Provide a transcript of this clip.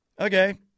okay